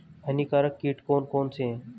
हानिकारक कीट कौन कौन से हैं?